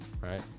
right